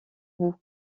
bout